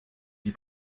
die